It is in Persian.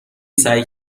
سعی